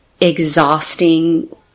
exhausting